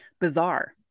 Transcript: bizarre